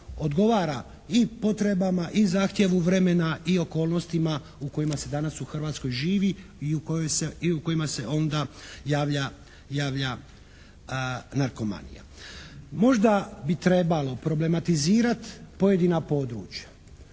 odgovara i potrebama i zahtjevu vremena i okolnostima u kojima se danas u Hrvatskoj živi i u kojima se onda javlja narkomanija. Možda bi trebalo problematizirati pojedina područja.